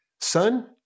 son